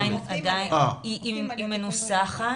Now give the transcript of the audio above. היא מנוסחת,